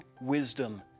wisdom